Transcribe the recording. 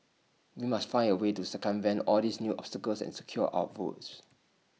we must find A way to circumvent all these new obstacles and secure our votes